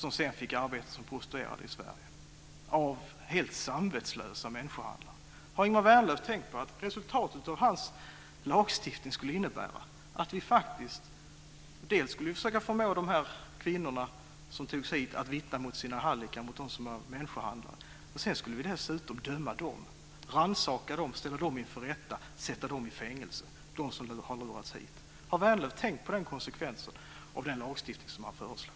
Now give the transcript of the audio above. De fick sedan arbeta som prostituerade i Sverige. Har Ingemar Vänerlöv tänkt på att hans lagstiftning skulle innebära att vi först skulle försöka förmå flickorna att vittna mot sina hallickar, människohandlarna, sedan skulle vi rannsaka dem som lurats hit, ställa dem inför rätta och sätta dem i fängelse. Har Ingemar Vänerlöv tänkt på den konsekvensen av den lagstiftning som han föreslår?